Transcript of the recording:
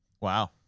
wow